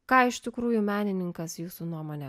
ką iš tikrųjų menininkas jūsų nuomone